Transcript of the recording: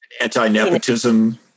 Anti-nepotism